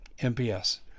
MPS